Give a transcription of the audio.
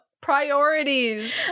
priorities